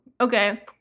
Okay